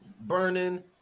burning